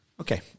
Okay